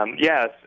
Yes